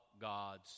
God's